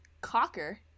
Cocker